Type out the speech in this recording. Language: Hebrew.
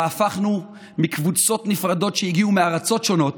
שבה הפכנו מקבוצות נפרדות שהגיעו מארצות שונות